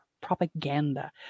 propaganda